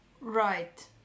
Right